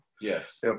Yes